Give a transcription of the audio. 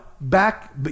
back